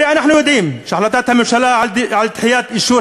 הרי אנחנו יודעים שהחלטת הממשלה על דחיית אישור